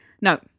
No